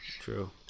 true